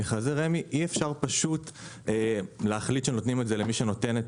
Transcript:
במכרזי רמ"י אי אפשר פשוט להחליט שנותנים את זה למי שנותן,